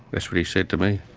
that's what he said to me.